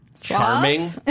charming